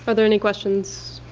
but there any questions?